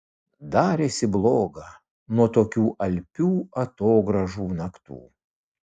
darėsi bloga nuo tokių alpių atogrąžų naktų